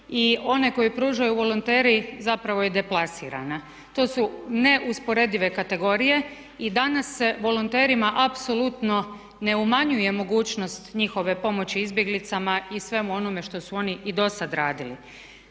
i one koju pružaju volonteri zapravo je deplasirana. To su neusporedive kategorije i danas volonterima apsolutno ne umanjuje mogućnost njihove pomoći izbjeglicama i svemu onome što su oni i do sada radili.